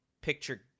picture